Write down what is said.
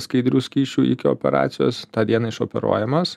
skaidrių skysčių iki operacijos tą dieną išoperuojamas